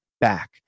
back